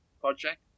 project